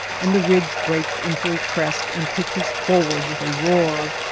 and the ridge breaks into a crest and pitches forward with a roar.